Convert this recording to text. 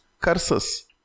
curses